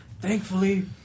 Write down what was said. Thankfully